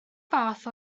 fath